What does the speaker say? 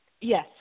Yes